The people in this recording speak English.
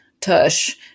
tush